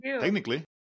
Technically